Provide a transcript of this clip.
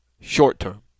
Short-term